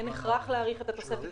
אין הכרח להאריך את התוספת,